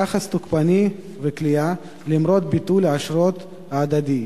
יחס תוקפני וכליאה, למרות ביטול האשרות ההדדי.